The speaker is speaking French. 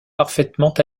parfaitement